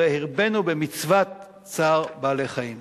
הרי הרבינו במצוות צער בעלי-חיים.